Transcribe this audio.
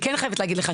אני כן חייבת להגיד לך,